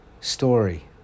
story